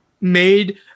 made